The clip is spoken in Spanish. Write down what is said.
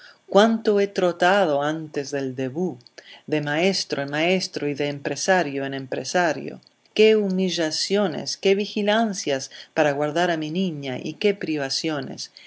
cuanto he trotado antes del debut de maestro en maestro y de empresario en empresario qué humillaciones qué vigilancias para guardar a mi niña y qué privaciones